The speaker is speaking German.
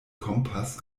kompass